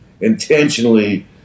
intentionally